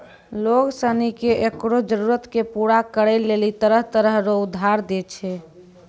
लोग सनी के ओकरो जरूरत के पूरा करै लेली तरह तरह रो उधार दै छै